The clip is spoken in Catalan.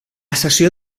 cessió